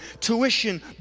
Tuition